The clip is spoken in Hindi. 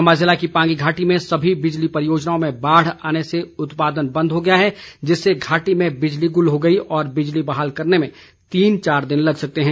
चम्बा जिले की पांगी घाटी में सभी बिजली परियोजनाओं में बाढ़ आने से उत्पादन बंद हो गया है जिससे घाटी में बिजली गुल हो गई है और बिजली बहाल करने में तीन चार दिन लग सकते हैं